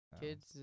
Kids